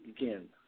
Again